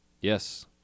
Yes